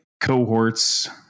cohorts